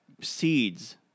seeds